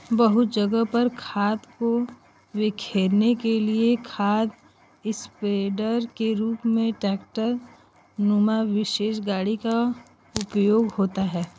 बहुत जगह पर खाद को बिखेरने के लिए खाद स्प्रेडर के रूप में ट्रेक्टर नुमा विशेष गाड़ी का उपयोग होता है